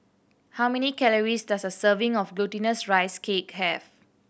how many calories does a serving of Glutinous Rice Cake have